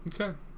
Okay